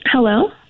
Hello